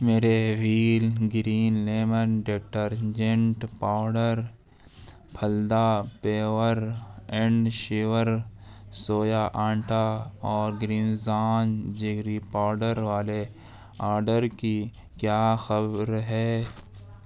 میرے Wheel green lemon detergent powder پھلدا pure and sure soya آٹا اور گرینزان جگری پاؤڈر والے آرڈر کی کیا خبر ہے